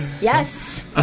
Yes